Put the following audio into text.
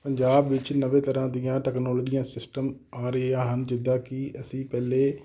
ਪੰਜਾਬ ਵਿੱਚ ਨਵੇਂ ਤਰ੍ਹਾਂ ਦੀਆਂ ਟੈਕਨੋਲੋਜੀਆਂ ਸਿਸਟਮ ਆ ਰਹੀਆਂ ਹਨ ਜਿੱਦਾਂ ਕਿ ਅਸੀਂ ਪਹਿਲਾਂ